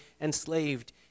enslaved